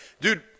dude